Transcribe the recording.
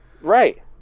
Right